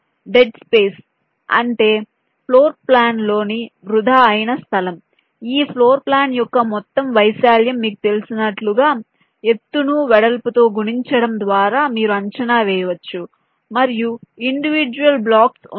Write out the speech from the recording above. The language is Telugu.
డెడ్ స్పేస్ అంటే ఫ్లోర్ ప్లాన్లోని వృధా అయిన స్థలం ఈ ఫ్లోర్ ప్లాన్ యొక్క మొత్తం వైశాల్యం మీకు తెలిసినట్లుగా ఎత్తును వెడల్పుతో గుణించడం ద్వారా మీరు అంచనా వేయవచ్చు మరియు ఇండివిడ్యుయల్ బ్లాక్స్ ఉన్నాయి